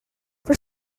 for